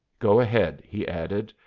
go ahead, he added,